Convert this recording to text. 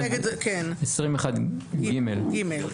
הוא 20(1ג).